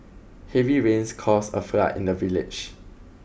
heavy rains caused a flood in the village